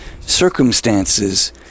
circumstances